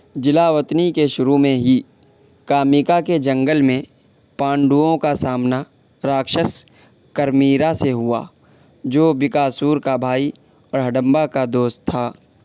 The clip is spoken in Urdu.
جلاوطنی کے شروع میں ہی کامیکا کے جنگل میں پانڈووں کا سامنا راکشس کرمیرا سے ہوا جو بکاسور کا بھائی اور ہڈمبا کا دوست تھا